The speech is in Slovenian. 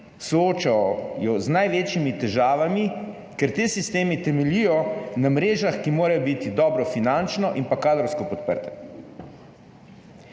soočajo z največjimi težavami, ker ti sistemi temeljijo na mrežah, ki morajo biti dobro finančno in kadrovsko podprte.